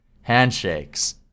Handshakes